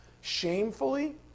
shamefully